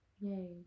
Yay